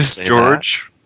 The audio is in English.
George